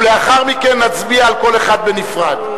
ולאחר מכן נצביע על כל אחד בנפרד.